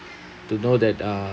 to know that uh